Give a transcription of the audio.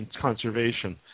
conservation